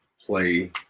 play